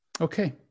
okay